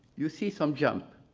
you see some jump.